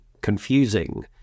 confusing